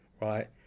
right